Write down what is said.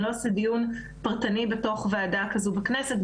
לא אעשה דיון פרטני בתוך ועדה כזו בכנסת.